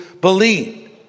believed